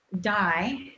die